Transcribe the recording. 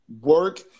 work